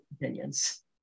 opinions